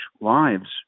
lives